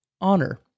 honor